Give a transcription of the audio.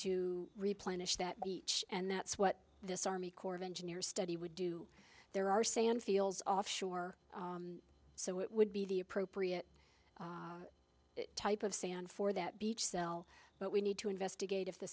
to replenish that each and that's what this army corps of engineers study would do there are sand fields offshore so it would be the appropriate type of sand for that beach cell but we need to investigate if the